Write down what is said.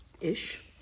ish